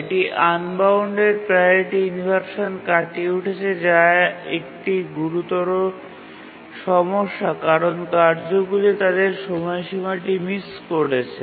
এটি unbounded priority inversion কাটিয়ে উঠেছে যা একটি গুরুতর সমস্যা কারণ কার্যগুলি তাদের সময়সীমাটি মিস করেছে